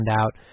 out